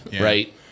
Right